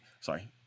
sorry